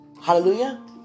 Hallelujah